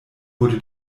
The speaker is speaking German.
wurde